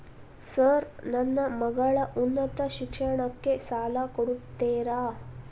Sir ನನ್ನ ಮಗಳ ಉನ್ನತ ಶಿಕ್ಷಣಕ್ಕೆ ಸಾಲ ಕೊಡುತ್ತೇರಾ?